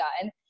done